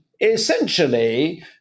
essentially